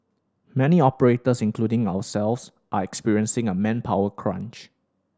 many operators including ourselves are experiencing a manpower crunch